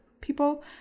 people